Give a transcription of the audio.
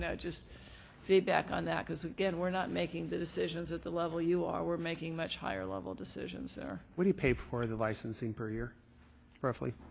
just feedback on that because again we're not making the decisions at the level you are. we're making much higher level decisions there. what do you pay for the licensing per year roughly?